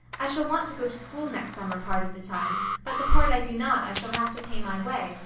i shall want to go to school next summer part of the time, but the part i do not, i shall have to pay my way,